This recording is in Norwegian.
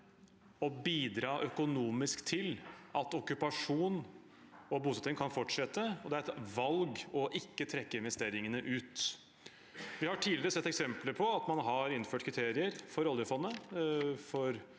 å bidra økonomisk til at okkupasjon og bosetting kan fortsette, og det er et valg ikke å trekke investeringene ut. Vi har tidligere sett eksempler på at man har innført kriterier for oljefondet,